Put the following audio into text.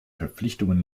verpflichtungen